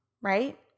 right